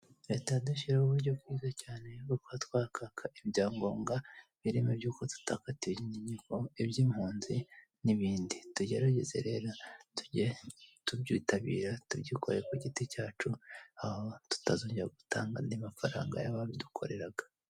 Hita dushyiraho uburyo bwiza cyane bwo kuba twakaka ibyangombwa birimo by'uko tutakatiwe n'inkiko, iby'impunzi, n'ibindi tugerageze rero tujye tubyitabira tubikore ku giti cyacu, aho tutazongera gutanga andi mafaranga y'ababidukoreraga.